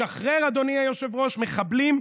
לשחרר, אדוני היושב-ראש, מחבלים,